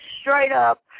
straight-up